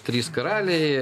trys karaliai